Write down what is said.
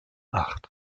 acht